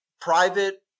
private